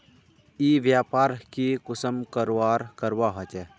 ई व्यापार की कुंसम करवार करवा होचे?